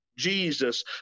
Jesus